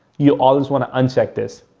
you always want to uncheck this.